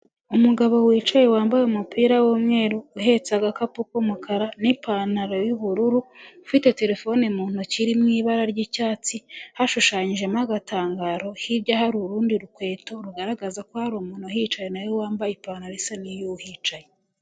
Umugabo wicaye wambaye umupira w'umweru, uhetse agakapu k'umukara, n'ipantaro y'ubururu; ufite terefone mu ntoki iri mu ibara ry'icyatsi, hashushanyijemo agatangaro, hirya hari urundi rukweto rugaragaza ko hari umuntu uhicaye, nawe wambaye ipantaro isa n'iy'uhicaye.